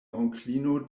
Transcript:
onklino